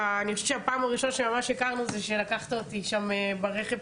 אני חושבת שהפעם הראשונה שממש הכרנו זה כשלקחת אותי שם ברכב,